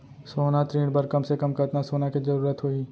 सोना ऋण बर कम से कम कतना सोना के जरूरत होही??